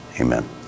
Amen